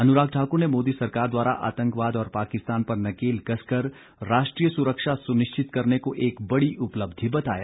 अनुराग ठाकुर ने मोदी सरकार द्वारा आतंकवाद और पाकिस्तान पर नकेल कसकर राष्ट्रीय सुरक्षा सुनिश्चित करने को एक बड़ी उपलब्धि बताया